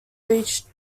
reach